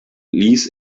ließ